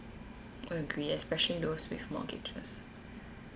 agree especially those with mortgages